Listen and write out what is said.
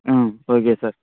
ம் okay sir